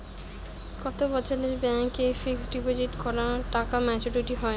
কত বছরে ব্যাংক এ ফিক্সড ডিপোজিট করা টাকা মেচুউরিটি হয়?